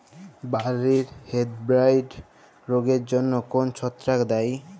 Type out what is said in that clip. বার্লির হেডব্লাইট রোগের জন্য কোন ছত্রাক দায়ী?